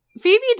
Phoebe